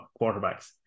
quarterbacks